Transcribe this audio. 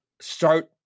start